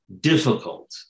difficult